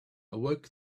awoke